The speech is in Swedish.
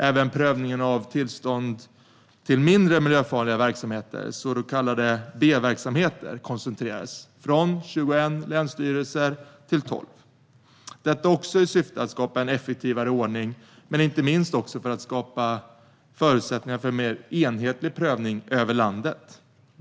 Även prövningen av tillstånd till mindre miljöfarliga verksamheter, så kallade B-verksamheter, koncentrerades från 21 länsstyrelser till 12 - detta också i syfte att skapa en effektivare ordning, inte minst för att skapa förutsättningar för en mer enhetlig prövning över landet.